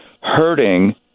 hurting